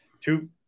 two